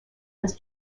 has